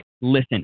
listen